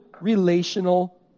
relational